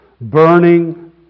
burning